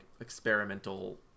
experimental